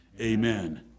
Amen